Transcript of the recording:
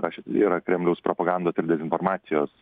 russia today yra kremliaus propagandos ir dezinformacijos